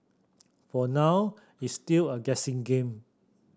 for now it's still a guessing game